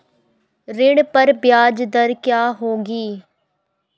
ऋण पर ब्याज दर क्या होगी?